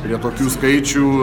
prie tokių skaičių